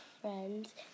Friends